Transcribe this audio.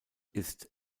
ist